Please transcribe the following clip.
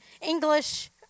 English